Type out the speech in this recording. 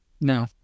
No